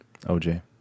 OJ